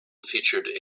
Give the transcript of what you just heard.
featured